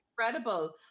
incredible